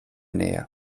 nähe